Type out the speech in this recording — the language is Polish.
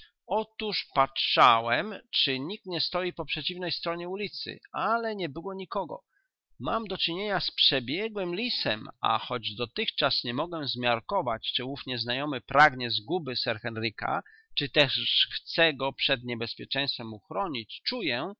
otóż patrzałem czy nikt nie stoi po przeciwnej stronie ulicy ale nie było nikogo mam do czynienia z przebiegłym lisem a choć dotychczas nie mogę zmiarkować czy ów nieznajomy pragnie zguby sir henryka czy też chce go przed niebezpieczeństwem uchronić czuję